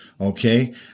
okay